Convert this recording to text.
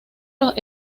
los